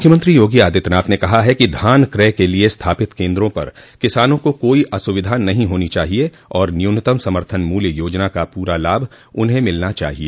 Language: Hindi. मुख्यमंत्री योगी आदित्यनाथ ने कहा है कि धान क्रय के लिये स्थापित केन्द्रों पर किसानों को कोई अस्विधा नहीं हानी चाहिए और न्यूनतम समर्थन मूल्य योजना का पूरा लाभ उन्हें मिलना चाहिए